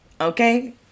Okay